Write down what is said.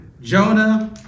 Jonah